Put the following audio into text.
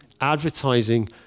Advertising